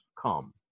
come